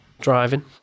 driving